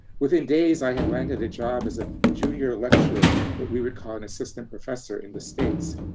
within days, i had landed a job as a junior lecturer, what we would call an assistant professor in the states.